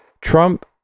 Trump